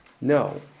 No